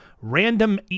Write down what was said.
Random